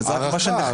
אבל זה רק מה שנחקר.